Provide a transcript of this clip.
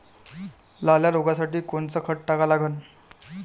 लाल्या रोगासाठी कोनचं खत टाका लागन?